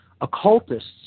occultists